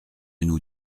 nous